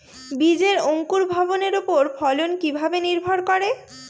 বীজের অঙ্কুর ভবনের ওপর ফলন কিভাবে নির্ভর করে?